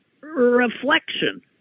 reflection